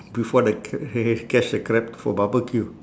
before they ca~ they catch the crab for barbecue